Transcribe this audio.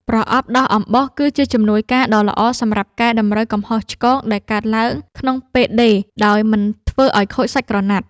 ប្រដាប់ដោះអំបោះគឺជាជំនួយការដ៏ល្អសម្រាប់កែតម្រូវកំហុសឆ្គងដែលកើតឡើងក្នុងពេលដេរដោយមិនធ្វើឱ្យខូចសាច់ក្រណាត់។